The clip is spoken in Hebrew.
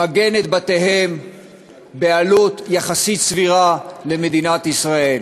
למגן את בתיהם בעלות סבירה יחסית במדינת ישראל.